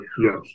Yes